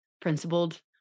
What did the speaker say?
principled